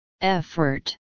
Effort